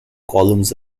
columns